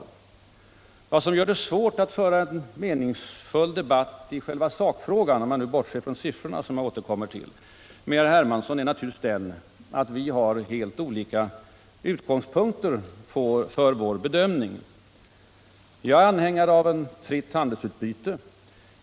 Vad som gör det svårt att föra en meningsfull debatt med herr Hermansson i sakfrågan — om vi bortser från siffrorna, som jag återkommer till — är naturligtvis det förhållandet att vi har olika utgångspunkter för vår bedömning. Jag är anhängare av ett fritt handelsutbyte.